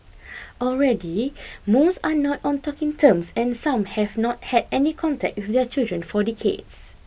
already most are not on talking terms and some have not had any contact with their children for decades